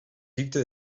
ziekte